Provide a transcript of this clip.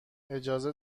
اجازه